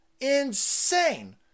Insane